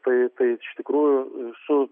tai tai iš tikrųjų su